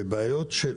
בבעיות.